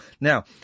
Now